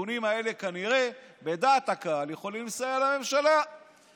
הנתונים האלה כנראה יכולים לסייע לממשלה בדעת הקהל.